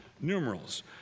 numerals